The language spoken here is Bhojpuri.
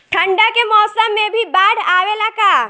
ठंडा के मौसम में भी बाढ़ आवेला का?